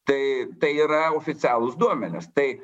tai tai yra oficialūs duomenys tai